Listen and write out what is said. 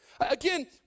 Again